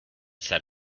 set